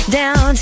down